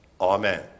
amen